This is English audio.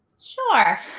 sure